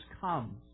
come